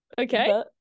Okay